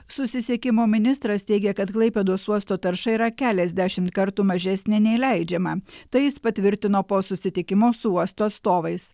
susisiekimo ministras teigia kad klaipėdos uosto tarša yra keliasdešimt kartų mažesnė nei leidžiama tai jis patvirtino po susitikimo su uosto atstovais